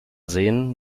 sehen